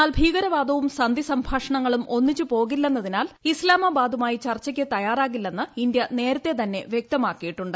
എന്നാൽ ഭീകരവാദവും സന്ധിസംഭാഷണങ്ങളും ഒന്നിച്ച് പോകില്ലെന്നതിനാൽ ഇസ്ലാമബാദുമായി ചർച്ചയ്ക്ക് തയ്യാറാകില്ലെന്ന് ഇന്ത്യ നേരത്തെ തന്നെ വ്യക്തമാക്കിയിട്ടുണ്ട്